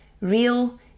real